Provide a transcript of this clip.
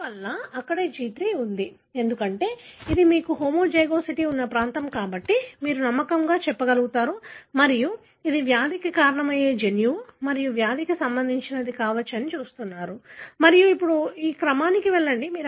అందువల్ల అక్కడే G3 ఉంది ఎందుకంటే అది కూడా మీకు హోమోజైగోసిటీ ఉన్న ప్రాంతం కాబట్టి మీరు నమ్మకంగా చెప్పగలుగుతారు మరియు ఇది వ్యాధికి కారణమయ్యే జన్యువు మరియు వ్యాధికి సంబంధించినది కావచ్చు చూస్తున్నారు మరియు ఇప్పుడు మీరు క్రమానికి వెళ్లండి